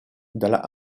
dalla